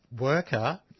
worker